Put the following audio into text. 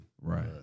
Right